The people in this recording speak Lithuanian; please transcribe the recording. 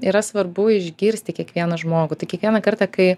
yra svarbu išgirsti kiekvieną žmogų tai kiekvieną kartą kai